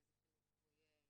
באיזה חינוך הוא יהיה,